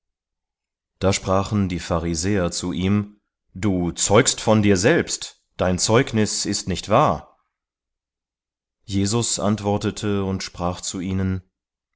da sprachen die pharisäer zu ihm du zeugst von dir selbst dein zeugnis ist nicht wahr jesus antwortete und sprach zu ihnen